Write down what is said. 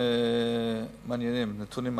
נתונים מעניינים.